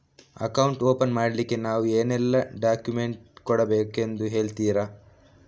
Account open ಮಾಡ್ಲಿಕ್ಕೆ ನಾವು ಏನೆಲ್ಲ ಡಾಕ್ಯುಮೆಂಟ್ ಕೊಡಬೇಕೆಂದು ಹೇಳ್ತಿರಾ?